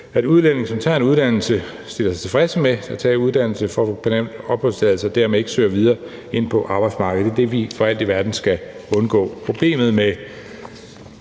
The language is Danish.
at udlændinge, som tager en uddannelse, stiller sig tilfredse med at tage uddannelse for at få permanent opholdstilladelse og dermed ikke søger videre ind på arbejdsmarkedet. Det er det, vi for alt i verden skal undgå. Problemet med